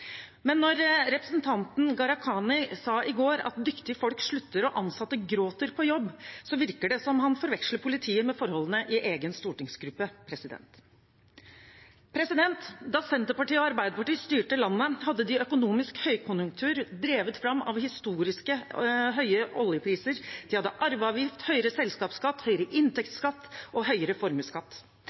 Men når representanten Gharahkhani i går sa at dyktige folk slutter og ansatte gråter på jobb, virker det som at han forveksler forholdene i politiet med egen stortingsgruppe. Da Senterpartiet og Arbeiderpartiet styrte landet, hadde de økonomisk høykonjunktur drevet fram av historisk høye oljepriser, de hadde arveavgift, høyere selskapsskatt, høyere inntektsskatt og høyere formuesskatt.